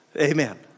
Amen